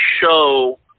show